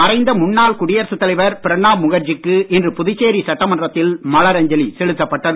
மறைந்த முன்னாள் குடியரசுத் தலைவர் பிரணாப் முகர்ஜிக்கு இன்று புதுச்சேரி சட்டமன்றத்தில் மலரஞ்சலி செலுத்தப்பட்டது